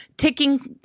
Ticking